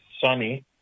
sunny